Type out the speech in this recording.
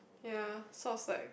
ya so I was like